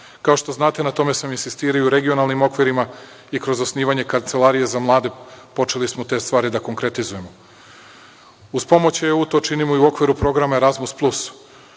Kao što znate, na tome sam insistirao u regionalnim okvirima i kroz osnivanje kancelarije za mlade. Počeli smo te stvari da konkretizujemo. Uz pomoć EU to činimo u okviru programa „Erazmus